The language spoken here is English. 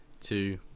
two